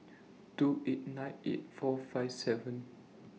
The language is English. two eight nine eight four five seven